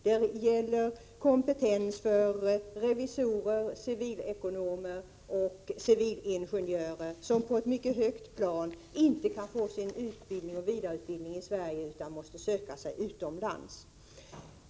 Det gäller kompetens för revisorer, civilekonomer och civilingenjörer, som på ett mycket högt plan inte kan få sin vidareutbildning här utan måste söka sig utomlands.